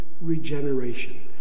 regeneration